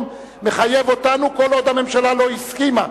מחייב אותנו כל עוד הממשלה לא הסכימה.